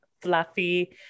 fluffy